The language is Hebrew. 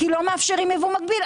כי לא מאפשרים ייבוא מקביל.